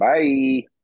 Bye